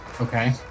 Okay